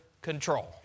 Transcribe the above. control